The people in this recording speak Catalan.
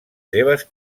seves